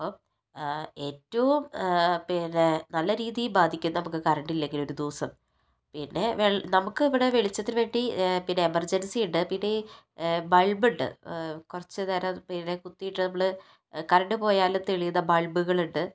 അപ്പം ഏറ്റവും പിന്നെ നല്ല രീതി ബാധിക്കും നമുക്ക് കറണ്ട് ഇല്ലെങ്കില് ഒരു ദിവസം പിന്നെ വെ നമുക്കിവിടെ വെളിച്ചതിനു വേണ്ടി പിന്നെ എമർജൻസി ഉണ്ട് പിന്നെ ബൾബുണ്ട് കുറച്ചു നേരം പിന്നെ കുത്തിയിട്ട് നമ്മള് കറണ്ട് പോയാലും തെളിയുന്ന ബൾബുകളുണ്ട്